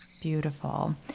Beautiful